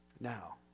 Now